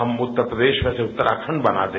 हम उत्तर प्रदेश में से उतराखंड बना दे